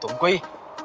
we